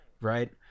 right